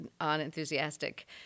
unenthusiastic